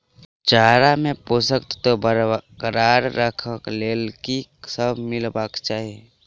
चारा मे पोसक तत्व बरकरार राखै लेल की सब मिलेबाक चाहि?